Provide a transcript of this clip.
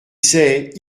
sais